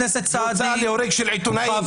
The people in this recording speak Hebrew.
הוצאה להורג של עיתונאים.